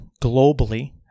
globally